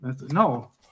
No